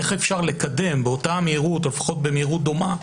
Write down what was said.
איך אפשר לקדם באותה מהירות או במהירות דומה,